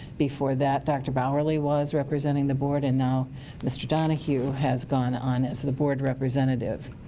before that dr. bowerley was representing the board. and now mr. donohue has gone on as the board representative.